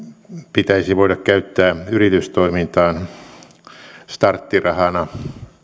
pitäisi voida käyttää yritystoimintaan starttirahana